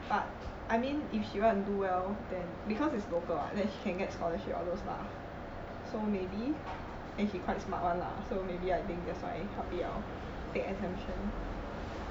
but I mean if she want to do well then because is local [what] then she can get scholarship all those lah so maybe and she quite smart [one] lah so maybe I think that's why 她不要 take exemption